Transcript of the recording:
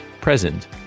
present